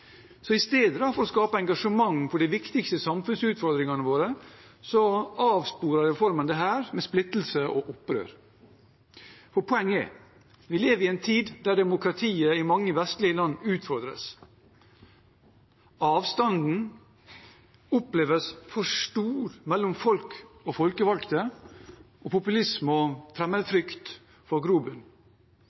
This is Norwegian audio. I stedet for å skape engasjement for de viktigste samfunnsutfordringene våre avsporer reformen dette med splittelse og opprør. Poenget er: Vi lever i en tid da demokratiet i mange vestlige land utfordres. Avstanden oppleves som for stor mellom folk og folkevalgte, og populisme og fremmedfrykt får grobunn.